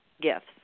gifts